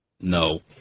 no